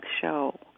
show